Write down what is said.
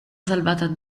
salvata